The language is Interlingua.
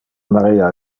maria